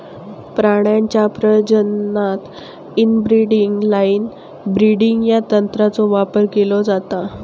प्राण्यांच्या प्रजननात inbreeding line breeding या तंत्राचो वापर केलो जाता